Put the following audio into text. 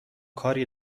کاری